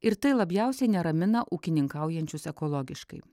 ir tai labiausiai neramina ūkininkaujančius ekologiškai